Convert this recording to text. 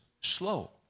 slow